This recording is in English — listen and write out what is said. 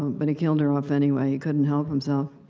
but he killed her off anyway. he couldn't help himself.